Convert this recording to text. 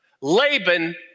Laban